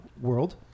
world